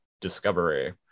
Discovery